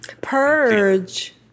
Purge